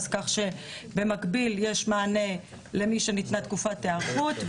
כך שבמקביל יש מענה למי שניתנה לו תקופת היערכות,